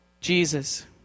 Jesus